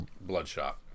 Bloodshot